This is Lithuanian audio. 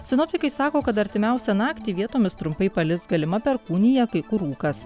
sinoptikai sako kad artimiausią naktį vietomis trumpai palis galima perkūnija kai kur rūkas